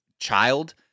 child